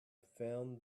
found